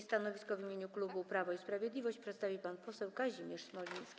Stanowisko w imieniu klubu Prawo i Sprawiedliwość przedstawi pan poseł Kazimierz Smoliński.